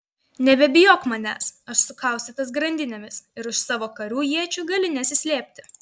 nebebijok manęs aš sukaustytas grandinėmis ir už savo karių iečių gali nesislėpti